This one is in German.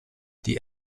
die